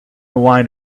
wine